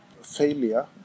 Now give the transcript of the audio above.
failure